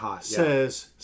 says